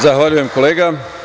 Zahvaljujem, kolega.